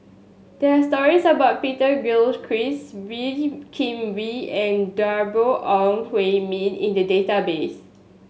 there are stories about Peter Gilchrist Wee Kim Wee and Deborah Ong Hui Min in the database